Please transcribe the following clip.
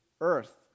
earth